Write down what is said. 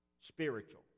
spiritual